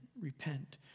repent